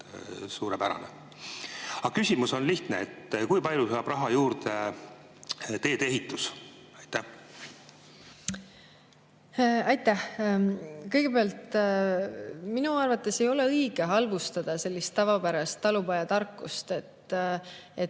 Suurepärane! Küsimus on lihtne: kui palju saab raha juurde teedeehitus. Aitäh! Kõigepealt, minu arvates ei ole õige halvustada tavapärast talupojatarkust, et